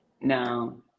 No